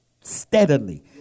steadily